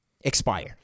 Expire